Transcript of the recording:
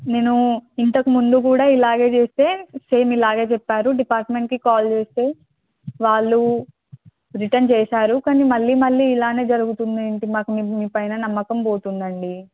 నేను ఇంతకు ముందు కూడా ఇలాగే చేస్తే సేమ్ ఇలాగే చెప్పారు డిపార్ట్మెంట్కి కాల్ చేస్తే వాళ్ళు రిటర్న్ చేశారు కానీ మళ్ళీ మళ్ళీ ఇలాగే జరుగుతుంది ఏంటి మాకు మీ పైన నమ్మకం పోతుంది అండి